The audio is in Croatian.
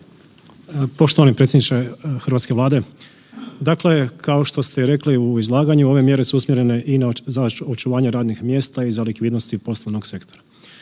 Poštovani predsjedniče hrvatske Vlade, dakle kao što ste i rekli u izlaganju ove mjere su usmjerene i na očuvanje radnim mjesta i za likvidnosti poslovnog sektora.